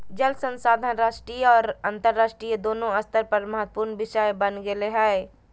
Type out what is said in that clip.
जल संसाधन राष्ट्रीय और अन्तरराष्ट्रीय दोनों स्तर पर महत्वपूर्ण विषय बन गेले हइ